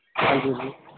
हां जी हां जी